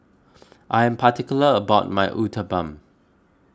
I am particular about my Uthapam